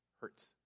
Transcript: hurts